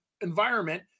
environment